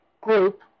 group